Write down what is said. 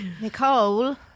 Nicole